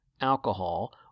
alcohol